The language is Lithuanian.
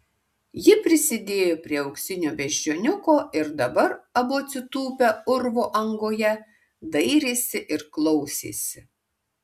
ji prisidėjo prie auksinio beždžioniuko ir dabar abu atsitūpę urvo angoje dairėsi ir klausėsi